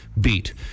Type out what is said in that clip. beat